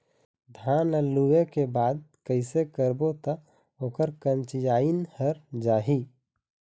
धान ला लुए के बाद कइसे करबो त ओकर कंचीयायिन हर जाही?